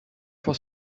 for